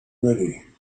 ready